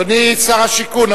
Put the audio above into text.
אדוני שר השיכון,